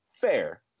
fair